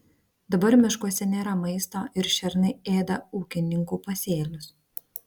dabar miškuose nėra maisto ir šernai ėda ūkininkų pasėlius